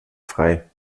frei